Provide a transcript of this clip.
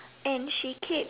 and she keep